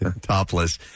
topless